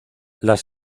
las